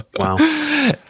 Wow